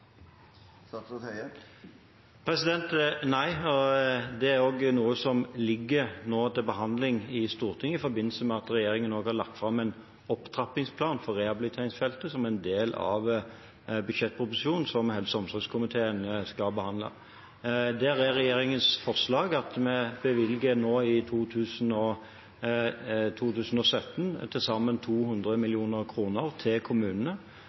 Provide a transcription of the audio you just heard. Nei, det ligger til behandling i Stortinget i forbindelse med at regjeringen har lagt fram en opptrappingsplan for rehabiliteringsfeltet som en del av budsjettproposisjonen som helse- og omsorgskomiteen skal behandle. Der er regjeringens forslag at vi bevilger i 2017 til sammen 200 mill. kr til kommunene